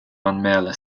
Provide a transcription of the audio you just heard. anmäla